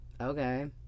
Okay